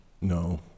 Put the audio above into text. No